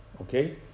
Okay